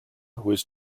was